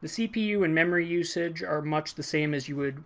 the cpu and memory usage are much the same as you would